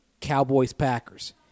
Cowboys-Packers